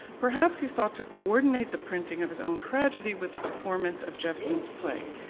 perhaps he sought to coordinate the printing of his own tragedy with the performance of jephson's play.